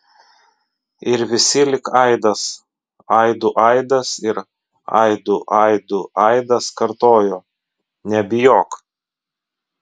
ir visi lyg aidas aidų aidas ir aidų aidų aidas kartojo nebijok